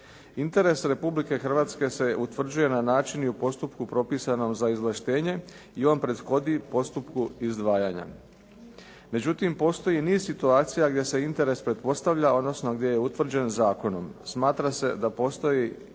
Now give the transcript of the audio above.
Interes Republike Hrvatske se utvrđuje na način i u postupku propisanom za izvlaštenje i on prethodi postupku izdvajanja. Međutim, postoji niz situacija gdje se interes pretpostavlja, odnosno gdje je utvrđen zakonom. Smatra se da postoji interes